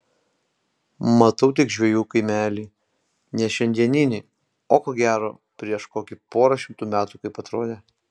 matau tik žvejų kaimelį ne šiandieninį o ko gero gal prieš kokį porą šimtų metų kaip atrodė